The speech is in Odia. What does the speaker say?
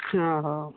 ହଁ ହଉ